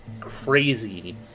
crazy